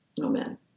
Amen